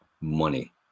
Money